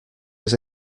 was